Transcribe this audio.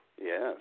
Yes